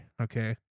Okay